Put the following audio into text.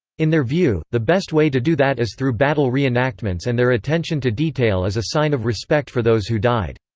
in their view, the best way to do that is through battle reenactments and their attention to detail is a sign of respect for those who died.